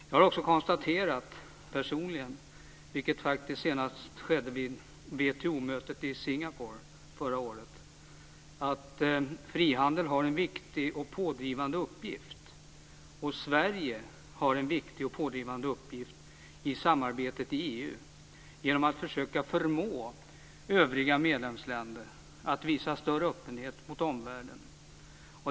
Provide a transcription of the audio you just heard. Jag har personligen också konstaterat, vilket faktiskt senast skedde vid WTO-mötet i Singapore förra året, att Sverige har en viktig och pådrivande uppgift i samarbetet i EU genom att försöka förmå övriga medlemsländer att visa en större öppenhet mot omvärlden.